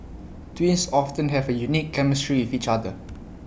twins often have A unique chemistry with each other